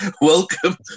welcome